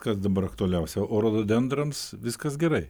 kas dabar aktualiausia o rododendrams viskas gerai